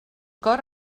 cor